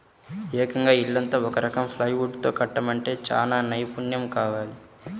ఏకంగా ఇల్లంతా ఒక రకం ప్లైవుడ్ తో కట్టడమంటే చానా నైపున్నెం కావాలి